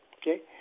okay